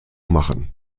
machen